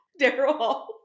Daryl